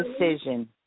decision